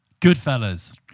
Goodfellas